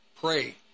pray